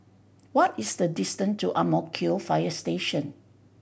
what is the distance to Ang Mo Kio Fire Station